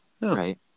Right